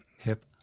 Hip